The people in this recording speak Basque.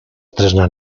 tresna